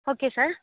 okay sir